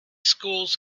schools